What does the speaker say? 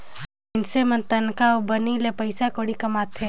मइनसे मन तनखा अउ बनी ले पइसा कउड़ी कमाथें